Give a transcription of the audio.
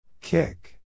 Kick